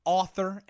author